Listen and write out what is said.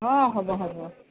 অঁ হ'ব হ'ব